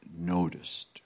noticed